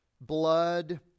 blood